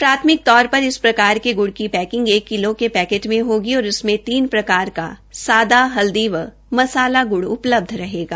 प्राथमिक तौर पर इस प्रकार के गुड़ की पैकिंग एक किलो के पैकेट में होगी और इसमें तीन प्रकार के सादा हल्दी व मसाला गुड़ उपलब्ध रहेगा